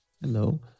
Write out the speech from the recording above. Hello